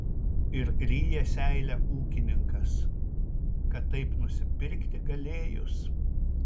ir ryja seilę ūkininkas kad taip nusipirkti galėjus